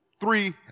three